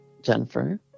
Jennifer